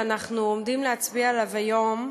שאנחנו עומדים להצביע עליו היום,